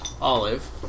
Olive